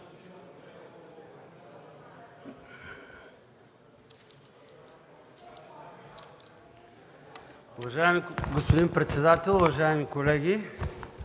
Уважаеми господин председател, уважаеми колеги!